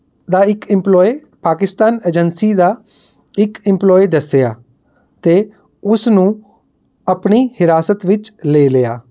ਦਾ ਇੱਕ employee Pakistan agency ਦਾ ਇੱਕ ਇਮਪਲੋਈ ਦੱਸਿਆ ਅਤੇ ਉਸ ਨੂੰ ਆਪਣੀ ਹਿਰਾਸਤ ਵਿੱਚ ਲੈ ਲਿਆ